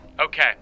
Okay